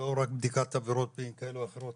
לא רק בדיקת עבירות מין כאלה ואחרות,